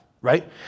right